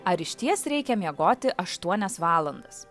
ar išties reikia miegoti aštuonias valandas